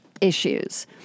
issues